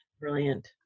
Brilliant